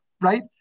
right